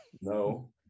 No